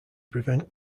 prevent